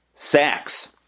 Sacks